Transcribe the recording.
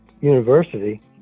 university